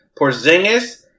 Porzingis